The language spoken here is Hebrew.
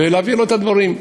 ולהעביר לו את הדברים.